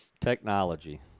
Technology